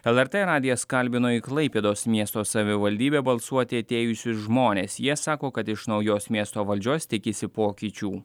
lrt radijas kalbino į klaipėdos miesto savivaldybę balsuoti atėjusius žmones jie sako kad iš naujos miesto valdžios tikisi pokyčių